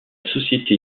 société